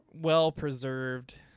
well-preserved